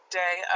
day